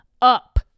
up